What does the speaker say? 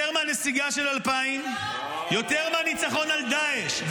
יותר מהנסיגה של 2000. יותר מהניצחון על דעאש.